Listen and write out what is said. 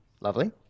Lovely